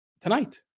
tonight